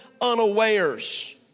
unawares